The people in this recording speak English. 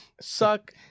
suck